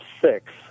six